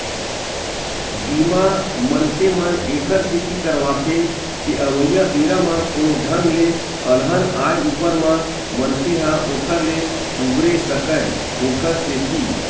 बीमा, मनखे मन ऐखर सेती करवाथे के अवइया बेरा म कोनो ढंग ले अलहन आय ऊपर म मनखे ह ओखर ले उबरे सकय ओखर सेती